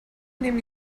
nehmen